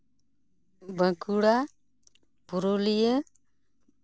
Bankura Purulia